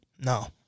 No